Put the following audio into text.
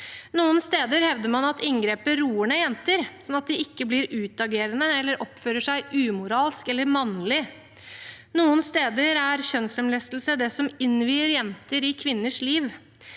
Noen steder hevder man at inngrepet roer ned jenter, sånn at de ikke blir utagerende eller oppfører seg umoralsk eller mannlig. Noen steder er kjønnslemlestelse det som innvier jenter i kvinners liv.